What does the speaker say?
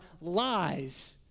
lies